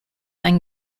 ein